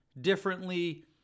differently